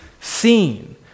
seen